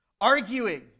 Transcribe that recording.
arguing